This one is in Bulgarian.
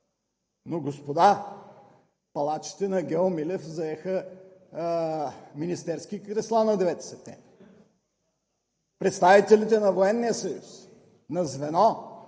Но, господа, палачите на Гео Милев заеха министерски кресла на 9 септември. Представителите на Военния съюз, на „Звено“